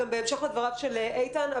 גם בהמשך לדבריו של איתן,